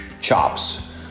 chops